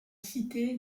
cité